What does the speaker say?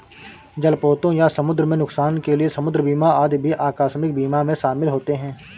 जलपोतों या समुद्र में नुकसान के लिए समुद्र बीमा आदि भी आकस्मिक बीमा में शामिल होते हैं